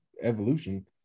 evolution